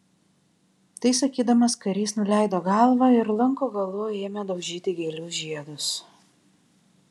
tai sakydamas karys nuleido galvą ir lanko galu ėmė daužyti gėlių žiedus